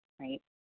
right